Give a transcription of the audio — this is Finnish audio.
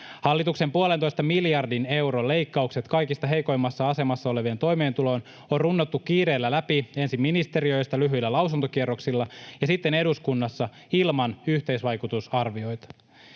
Hallituksen puolentoista miljardin euron leikkaukset kaikista heikoimmassa asemassa olevien toimeentuloon on runnottu kiireellä läpi ensin ministeriöistä lyhyillä lausuntokierroksilla ja sitten eduskunnassa ilman yhteisvaikutusarvioita.